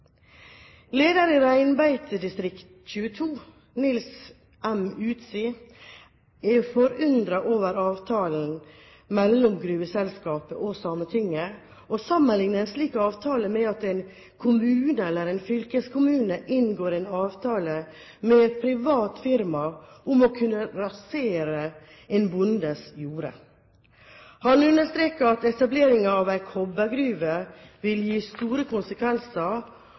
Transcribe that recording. i Reinbeitedistrikt 22, Nils M. Utsi, er forundret over avtalen mellom gruveselskapet og Sametinget, og sammenligner en slik avtale med at en kommune eller en fylkeskommune inngår en avtale med et privat firma om å kunne rasere en bondes jorde. Han understreker at etablering av en kobbergruve vil ha store konsekvenser,